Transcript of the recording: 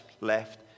left